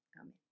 Amen